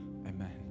Amen